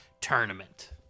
Tournament